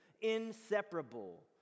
inseparable